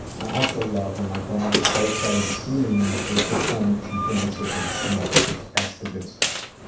i also love when my dog get's so excited to see me when i first get home that she dances and snorts. that's the good stuff.